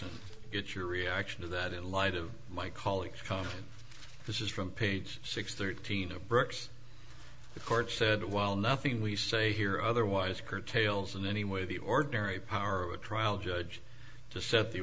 and get your reaction to that in light of my colleagues come on this is from page six thirteen of bricks the court said well nothing we say here otherwise curtails in any way the ordinary power of a trial judge to set the